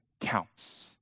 counts